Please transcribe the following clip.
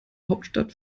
hauptstadt